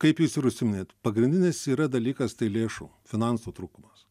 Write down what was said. kaip jūs ir užsiiminėt pagrindinis yra dalykas tai lėšų finansų trūkumas